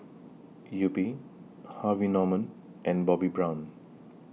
Yupi Harvey Norman and Bobbi Brown